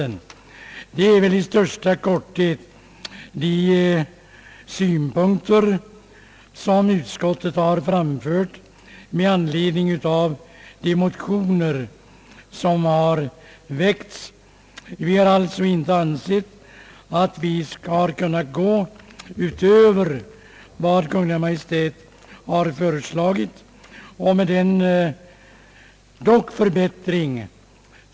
Det är i största korthet de synpunkter som utskottet har anfört med anledning av de motioner som har väckts, Vi har inte ansett oss kunna gå utöver vad Kungl. Maj:t har föreslagit, vilket dock innebär en förbättring.